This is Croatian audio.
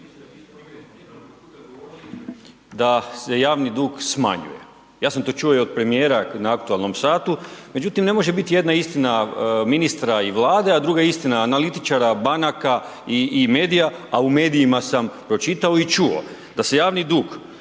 Da se javni dug smanjuje, ja sam to čuo i od premijera na aktualnom satu, međutim ne može biti jedna istina ministra i Vlade, a druga istina analitičara, banaka i medija, a u medijima sam pročitao i čuo da se javni dug u